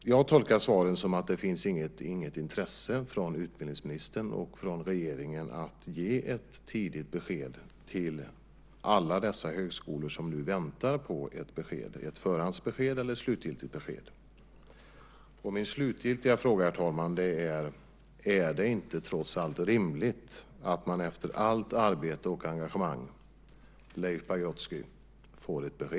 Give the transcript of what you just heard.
Jag tolkar svaret så att det inte finns något intresse från utbildningsministern och regeringen att ge ett tydligt besked till alla dessa högskolor som nu väntar på ett besked, ett förhandsbesked eller ett slutgiltigt besked. Min slutgiltiga fråga är, herr talman: Är det trots allt inte rimligt att man efter allt arbete och engagemang får ett besked, Leif Pagrotsky?